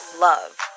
love